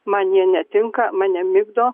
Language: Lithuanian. man jie netinka mane migdo